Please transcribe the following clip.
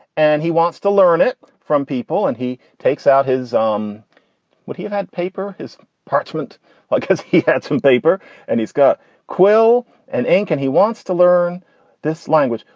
and he wants to learn it from people. and he takes out his um what he had paper his parchment because he had some paper and he's got quill and ink and he wants to learn this language.